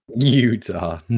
Utah